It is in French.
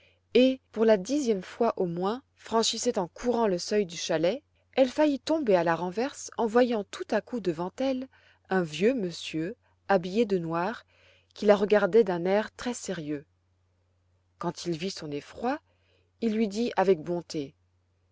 et pour la dixième fois au moins franchissait en courant le seuil du chalet elle faillit tomber à la renverse en voyant tout à coup devant elle un vieux monsieur habillé de noir qui la regardait d'un air très sérieux quand il vit son effroi il lui dit avec bonté